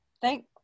thank